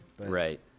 Right